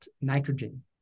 nitrogen